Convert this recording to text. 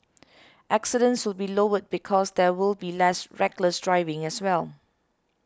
accidents would be lowered because there will be less reckless driving as well